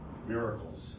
Miracles